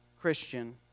Christian